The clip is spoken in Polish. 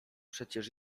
przecież